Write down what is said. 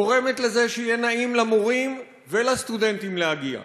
גורמת לזה שיהיה נעים למורים ולסטודנטים להגיע,